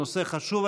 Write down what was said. הנושא חשוב.